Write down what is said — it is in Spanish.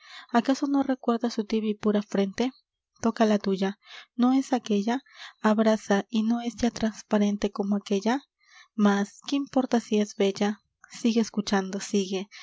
acaso no recuerdas su tibia y pura frente toca la tuya no es aquella abrasa y no es ya trasparente como aquella mas qué importa si es bella sigue escuchando sigue